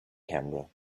camera